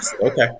Okay